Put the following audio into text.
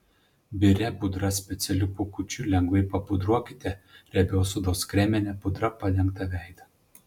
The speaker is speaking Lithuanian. biria pudra specialiu pūkučiu lengvai papudruokite riebios odos kremine pudra padengtą veidą